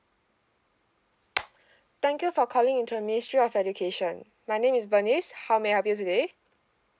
thank you for calling into the ministry of education my name is bernice how may I help you today